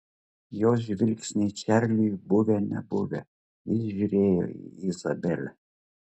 jos žvilgsniai čarliui buvę nebuvę jis žiūrėjo į izabelę